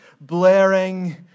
blaring